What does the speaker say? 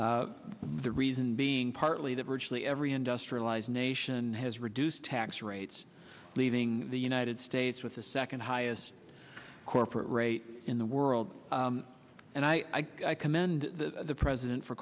reason being partly that virtually every industrialized nation has reduced tax rates leaving the united states with the second highest corporate rate in the world and i commend the president for